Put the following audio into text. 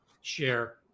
share